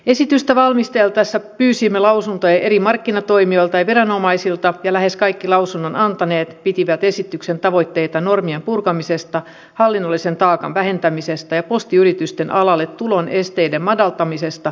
esitystä valmisteltaessa pyysimme lausuntoja eri markkinatoimijoilta ja viranomaisilta ja lähes kaikki lausunnon antaneet pitivät esityksen tavoitteita normien purkamisesta hallinnollisen taakan vähentämisestä ja postiyritysten alalle tulon esteiden madaltamisesta kannatettavina